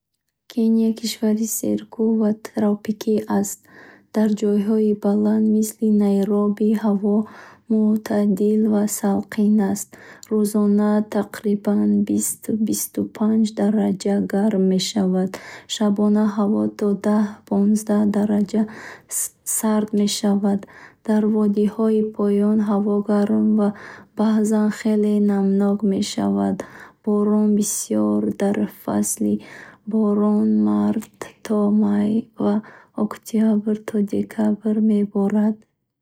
Кения кишвари серкуҳ ва тропикӣ аст. Дар ҷойҳои баланд, мисли Найробӣ, ҳаво муътадил ва салқин аст, рӯзона тақрибан бист-бисту панч дараҷа гарм мешавад. Шабона ҳаво то дах-понздах дараҷа сард мешавад. Дар водиҳои поён, ҳаво гарм ва баъзан хеле намнок мешавад. Борон бисёр дар фасли борон март то май ва октябр то декабр меборад.